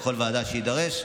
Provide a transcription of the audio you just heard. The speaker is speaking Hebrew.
לכל ועדה שתידרש.